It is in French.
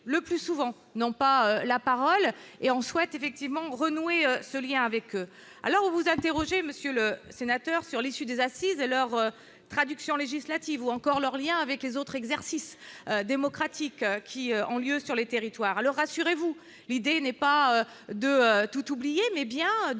le plus souvent non pas la parole, et on souhaite effectivement renouer ce lien avec eux alors vous interroger Monsieur le Sénateur, sur l'issue des assises de leur traduction législative ou encore leurs Liens avec les autres exercice démocratique qui ont lieu sur le territoire alors rassurez-vous, l'idée n'est pas de tout oublier, mais bien de remettre